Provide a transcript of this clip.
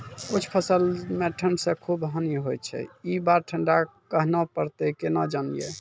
कुछ फसल मे ठंड से खूब हानि होय छैय ई बार ठंडा कहना परतै केना जानये?